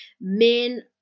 men